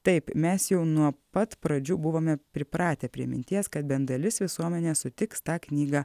taip mes jau nuo pat pradžių buvome pripratę prie minties kad bent dalis visuomenės sutiks tą knygą